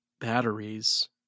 batteries